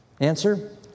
Answer